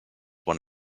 one